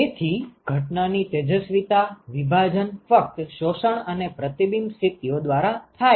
તેથી ઘટનાની તેજસ્વિતા વિભાજન ફક્ત શોષણ અને પ્રતિબિંબ સ્થિતિઓ દ્વારા થાય છે